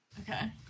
okay